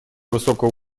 высокого